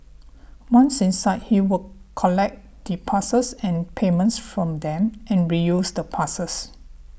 once inside he would collect the passes and payments from them and reuse the passes